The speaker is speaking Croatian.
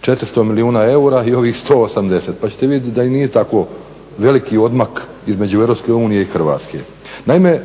400 milijuna eura i ovih 180 pa ćete vidjeti da i nije tako veliki odmak između EU i Hrvatske. Naime,